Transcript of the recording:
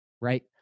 right